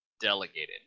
delegated